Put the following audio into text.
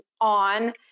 on